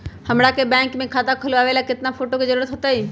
हमरा के बैंक में खाता खोलबाबे ला केतना फोटो के जरूरत होतई?